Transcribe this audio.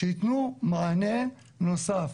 שיתנו מענה נוסף.